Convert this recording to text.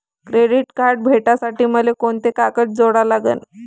Credit card भेटासाठी मले कोंते कागद जोडा लागन?